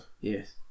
yes